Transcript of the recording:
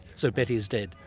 so betty is dead?